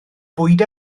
bwyd